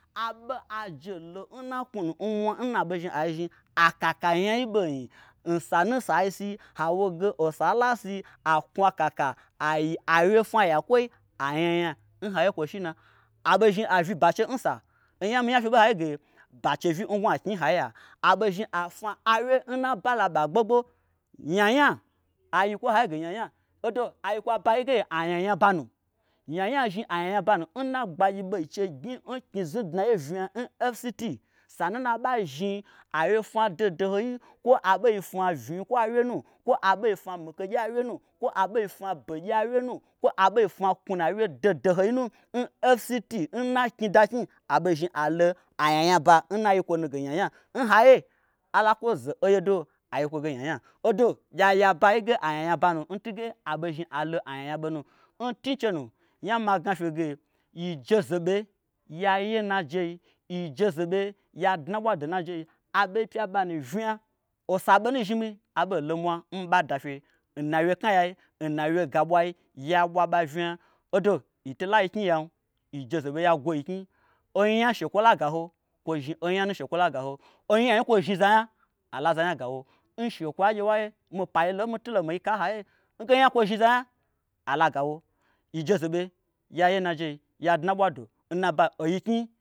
Abo ajelo nna knwunu nmwa nna abei zhni akaka nyai bonyi nsanu sai si hawo ge osalasi a knwu akaka ayi awyefwna ayakwoi anyanya nhaiye kwo shina. aɓozhni avyi bache nsa onya minya fye ɓo nhaiye ge bache vyi ngnwaknyi n haiyia. aɓo zhni afwna awye nnaba laɓa gbogbo nyanya aiyikwo n haiye ge nyanya odo ayi abayi ge anyanya banu nyanya zhni anyanya banu nsa nna gbagyi ɓei chei gnyi nknyi znudnaye vnya n fct sanu naɓa zhni awyefwna dohodohoi kwo aɓei fwna vnyikwo awyenu kwo aɓei fwna mikegye awyenu kwo aɓei fwna begyi awyenu kwo aɓei fwna knwu nu awye doho dohoi nu n fct nna knyi da knyi aɓei zhni alo anyanya ba nna yikwonu nyanya nhaiye alakwo ze oye do aiyikwoge nyanya odo gye ayi abayi ge anyanya banu ntunge aɓei zhni alo anyanya ɓonu. N tun chenu nya magna fyege yijezeɓe yaye nnajei yi jezeɓe nya dnaɓwado nnajei aɓoi pya nɓanu vnya osa ɓonu zhni mi aɓolo nmwa nmi ɓa dafye nna wyeknayai nna wyega ɓwai yaɓwa ɓa vnya odo yito layiknyi yam yi jezeɓe ya gwoyiknyi onya n shekwola gaho kwo zhni onyanu nshekwo la gaho onyai nkwo zhni zanya alaza nya gawo n shekwoyia gye waye mi pailo n mitulo mii ka nhiye nge nya kwozhni zanya alagawo yi jezebe yaye najei ya dnabwa do nna bai oyiknyi